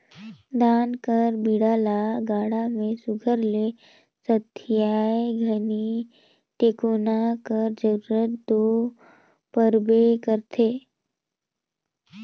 धान कर बीड़ा ल गाड़ा मे सुग्घर ले सथियाए घनी टेकोना कर जरूरत दो परबे करथे